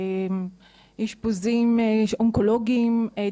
אשפוזים אונקולוגיים,